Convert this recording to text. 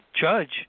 judge